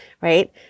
right